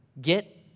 Get